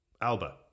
Alba